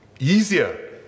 easier